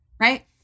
Right